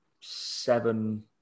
seven